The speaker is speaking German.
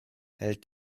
hält